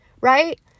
right